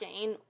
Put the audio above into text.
gain